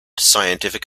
scientific